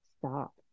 stop